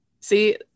see